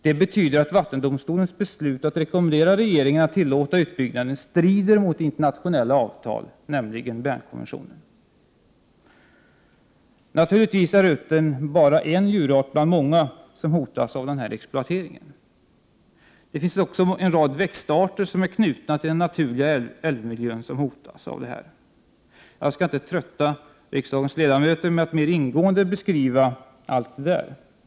Det betyder att vattendomstolens beslut att rekommendera regeringen att tillåta utbyggnaden strider mot internationella avtal, nämligen Bernkonventionen. Naturligtvis är uttern bara en djurart bland många som hotas av den här exploateringen. Det finns också en rad växtarter som är knutna till den naturliga älvmiljön och som hotas av överledningen. Jag skall inte trötta kammarens ledamöter med att mer ingående beskriva allt detta.